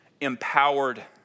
Empowered